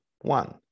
one